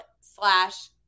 slash